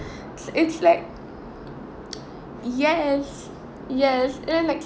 it's like yes yes and then like